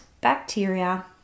bacteria